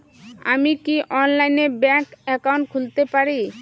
আমি কি অনলাইনে ব্যাংক একাউন্ট খুলতে পারি?